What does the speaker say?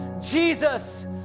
Jesus